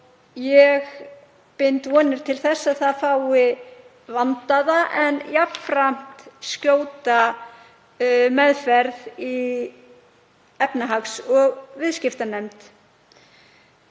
ég bind vonir við að það fái vandaða en jafnframt skjóta meðferð í efnahags- og viðskiptanefnd.